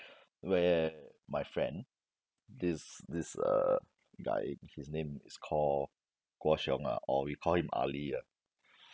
where my friend this this uh guy his name is called guo-siong ah or we call him ali ah